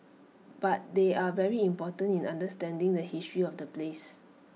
but they are very important in understanding the history of the place